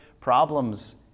problems